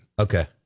Okay